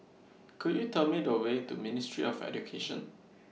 Could YOU Tell Me The Way to Ministry of Education